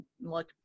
look